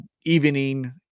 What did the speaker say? evening